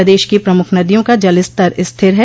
प्रदेश की प्रमुख नदियों का जलस्तर स्थिर है